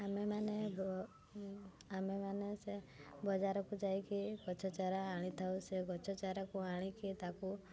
ଆମେମାନେ ଆମେମାନେ ସେ ବଜାରକୁ ଯାଇକି ଗଛଚାରା ଆଣିଥାଉ ସେ ଗଛ ଚାରାକୁ ଆଣିକି ତାକୁ